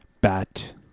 bat